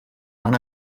van